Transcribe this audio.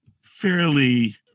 fairly